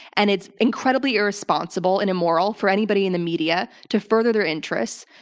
and it's incredibly irresponsible and immoral for anybody in the media to further their interests,